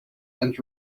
and